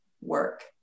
work